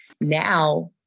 Now